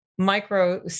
Micro